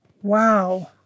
Wow